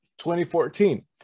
2014